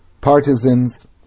partisans